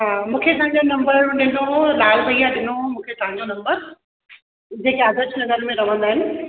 हा मूंखे सम्झो नंबर ॾिनो लाल भईया ॾिनो मूंखे तव्हांजो नंबर जेके आदर्श नगर में रहंदा आहिनि